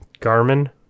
Garmin